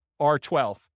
R12